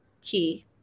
key